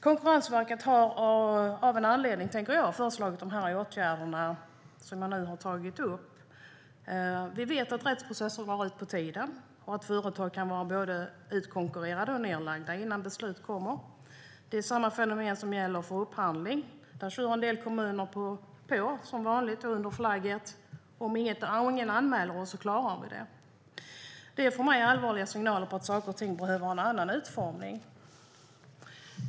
Konkurrensverket har föreslagit de åtgärder som jag nu har tagit upp av en anledning. Vi vet att rättsprocesser drar ut på tiden och att företag kan vara både utkonkurrerade och nedlagda innan beslut kommer. Det är samma fenomen som gäller för upphandling, och där kör en del kommuner på som vanligt under flaggen "om ingen anmäler oss klarar vi det". Det är för mig en allvarlig signal om att saker och ting behöver ha en annan utformning.